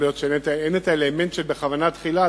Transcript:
יכול להיות שאין האלמנט של בכוונה תחילה,